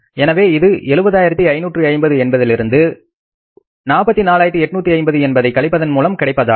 எனவே அது 70550 என்பதிலிருந்து 44850 என்பதை கழிப்பதன் மூலம் கிடைப்பதாகும்